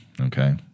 Okay